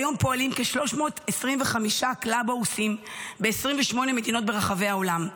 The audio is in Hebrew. כיום פועלים כ-325 קלאבהאוס ב-28 מדינות ברחבי העולם.